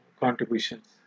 contributions